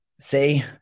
See